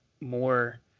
more